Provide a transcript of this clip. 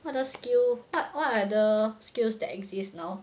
what other skill what other skills that exist now